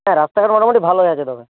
হ্যাঁ রাস্তাঘাট মোটামুটি ভালোই আছে তবে